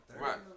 Right